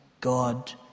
God